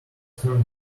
turned